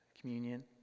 communion